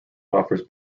offers